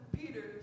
Peter